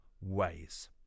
ways